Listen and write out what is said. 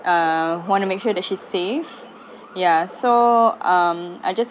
uh want to make sure that she's safe ya so um I just